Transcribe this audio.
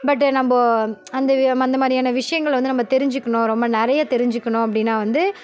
but நம்ம அந்த அந்த மாதிரியான விஷயங்கள் வந்து நம்ம தெரிஞ்சுக்கணும் ரொம்ப நிறைய தெரிஞ்சுக்கணும் அப்படின்னா வந்து